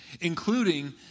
including